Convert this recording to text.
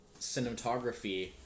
cinematography